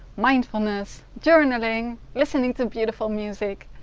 mindfulness, journaling, listening to beautiful music